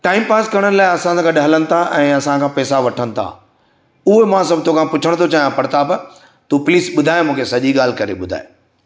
time pass करण लाइ असां सां गॾु हलनि था ऐं पैसा वठनि था उहो सभु थो खां पुछण थो चाहियां प्रताप तू प्लीज ॿुधाए मूंखे सॼी ॻाल्हि करे ॿुधाए